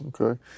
Okay